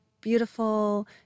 beautiful